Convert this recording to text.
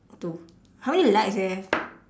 two how many lights you have